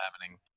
happening